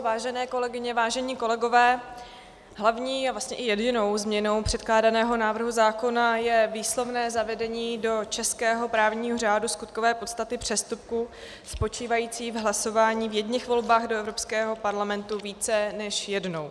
Vážené kolegyně, vážení kolegové, hlavní a vlastně i jedinou změnou předkládaného návrhu zákona je výslovné zavedení do českého právního řádu skutkové podstaty přestupku spočívajícího v hlasování v jedněch volbách do Evropského parlamentu více než jednou.